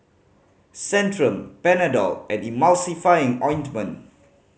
Centrum Panadol and Emulsying Ointment